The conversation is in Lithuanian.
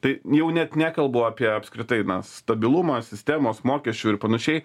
tai jau net nekalbu apie apskritai stabilumą sistemos mokesčių ir panašiai